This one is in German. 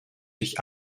dich